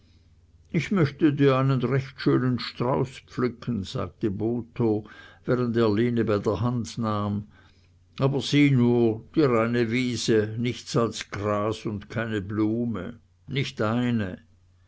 ich möchte dir einen recht schönen strauß pflücken sagte botho während er lene bei der hand nahm aber sieh nur die reine wiese nichts als gras und keine blume nicht eine